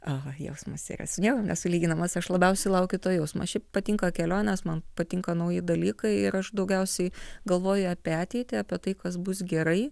aha jausmas yra su niekuo nesulyginamas aš labiausiai laukiu to jausmo šiaip patinka kelionės man patinka nauji dalykai ir aš daugiausiai galvoju apie ateitį apie tai kas bus gerai